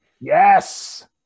yes